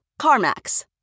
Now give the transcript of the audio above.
CarMax